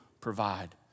provide